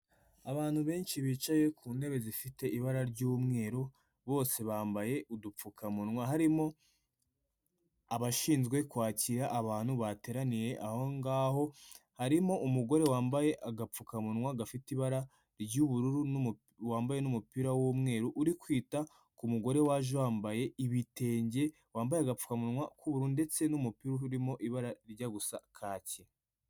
Abantu benshi bicaye ku ntebe zifite ibara ry'umweru, bose bambaye udupfukamunwa, harimo abashinzwe kwakira abantu bateraniye aho ngaho, harimo umugore wambaye agapfukamunwa gafite ibara ry'ubururu, wambaye n'umupira w'umweru uri kwita ku mugore waje wambaye ibitenge, wambaye agapfukamunwa k'ubururu ndetse n'umupira urimo ibara rijya gusa kaki.